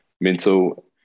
mental